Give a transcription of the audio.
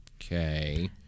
Okay